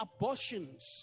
abortions